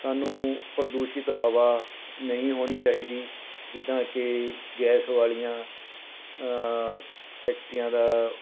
ਸਾਨੂੰ ਪ੍ਰਦੂਸ਼ਿਤ ਹਵਾ ਨਹੀਂ ਹੋਣੀ ਚਾਹੀਦੀ ਜਿੱਦਾਂ ਕਿ ਗੈਸ ਵਾਲੀਆਂ ਫੈਕਟਰੀਆਂ ਦਾ